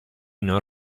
non